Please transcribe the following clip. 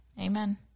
amen